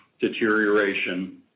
deterioration